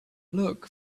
look